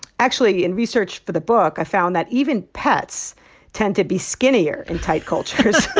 actually in research for the book, i found that even pets tend to be skinnier in tight cultures